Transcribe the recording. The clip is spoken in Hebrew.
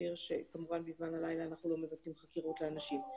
כמובן בזמן הלילה אנחנו לא מבצעים חקירות לאנשים.